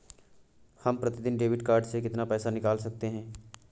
हम प्रतिदिन debit card से कितना पैसा निकाल सकते हैं?